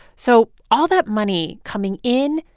so all that money coming in,